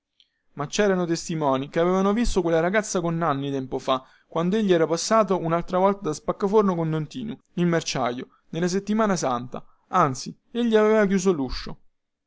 ma cerano testimoni che avevano visto quella ragazza con nanni tempo fa quando egli era passato unaltra volta da spaccaforno con don tinu il merciaio nella settimana santa anzi egli aveva chiuso luscio